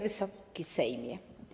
Wysoki Sejmie!